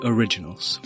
Originals